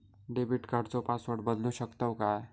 Debit कार्डचो password बदलु शकतव काय?